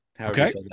Okay